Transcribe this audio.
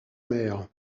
mer